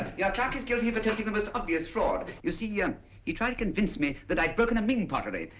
you're clerk is guilty of attempting the most obvious fraud. you see yeah he tried to convince me that i'd broken a ming pottery.